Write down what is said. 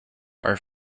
are